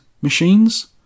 machines